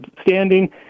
standing